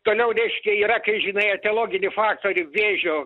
toliau reiškia yra kai žinai etiologinį faktorių vėžio